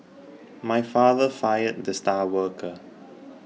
my father fired the star worker